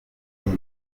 kuba